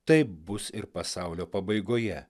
taip bus ir pasaulio pabaigoje